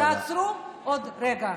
תעצרו עוד רגע.